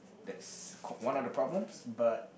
that's c~ one of the problems but